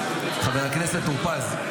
חבר הכנסת טור פז.